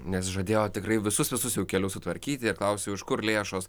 nes žadėjo tikrai visus visus jau kelius sutvarkyti ir klausiau iš kur lėšos